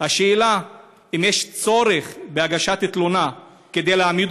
השאלה היא אם יש צורך בהגשת תלונה כדי להעמיד